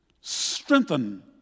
strengthen